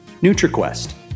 NutriQuest